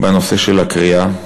בנושא של הקריעה.